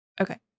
Okay